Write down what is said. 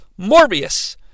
Morbius